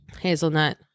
hazelnut